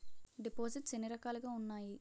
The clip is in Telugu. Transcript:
దిపోసిస్ట్స్ ఎన్ని రకాలుగా ఉన్నాయి?